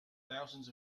thousands